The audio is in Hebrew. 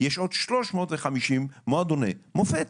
יש עוד 350 מועדוני מופת.